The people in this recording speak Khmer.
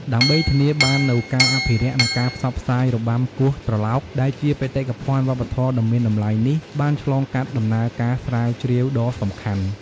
ដើម្បីធានាបាននូវការអភិរក្ស និងការផ្សព្វផ្សាយរបាំគោះត្រឡោក ដែលជាបេតិកភណ្ឌវប្បធម៌ដ៏មានតម្លៃនេះបានឆ្លងកាត់ដំណើរការស្រាវជ្រាវដ៏សំខាន់។